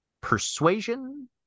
persuasion